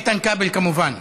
איתן כבל, כמובן.